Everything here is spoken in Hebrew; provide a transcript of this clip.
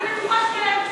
אני בטוחה,